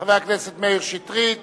חבר הכנסת מאיר שטרית